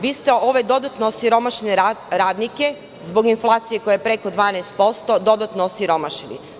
Vi ste ove dodatno osiromašene radnike zbog inflacije koja je preko 12% dodatno osiromašili.